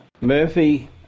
Murphy